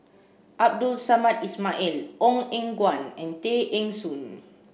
Abdul Samad Ismail Ong Eng Guan and Tay Eng Soon